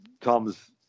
Tom's